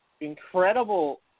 incredible